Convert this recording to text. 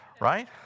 right